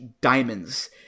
diamonds